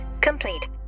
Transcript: complete